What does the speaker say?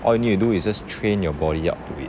all you need to do is just train your body up to it